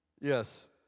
Yes